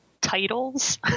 titles